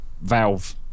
valve